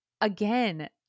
Again